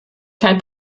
kein